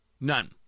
None